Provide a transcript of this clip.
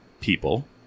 people